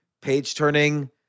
page-turning